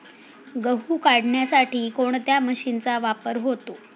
गहू काढण्यासाठी कोणत्या मशीनचा वापर होतो?